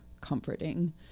comforting